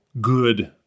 good